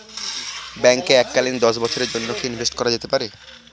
ব্যাঙ্কে এককালীন দশ বছরের জন্য কি ইনভেস্ট করা যেতে পারে?